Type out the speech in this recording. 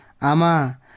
Ama